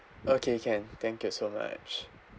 okay can thank you so much